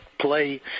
play